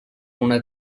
una